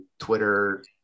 Twitter